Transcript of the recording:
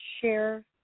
share